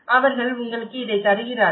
அவர்கள் உங்களுக்கு இதைத் தருகிறார்கள்